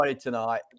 tonight